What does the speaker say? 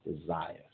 desires